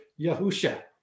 Yahusha